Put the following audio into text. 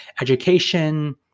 education